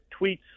tweets